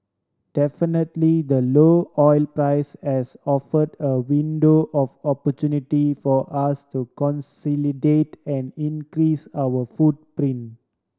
definitely the low oil price has offered a window of opportunity for us to consolidate and increase our footprint